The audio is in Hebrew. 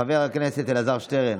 חבר הכנסת אלעזר שטרן,